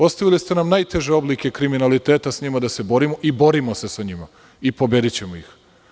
Ostavili ste nam najteže oblike kriminaliteta, sa njima da se borimo i borimo se sa njima i pobedićemo ih.